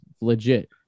Legit